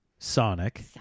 Sonic